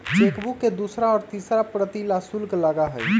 chequebook के दूसरा और तीसरा प्रति ला शुल्क लगा हई